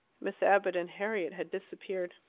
miss abbott and harriet had disappeared.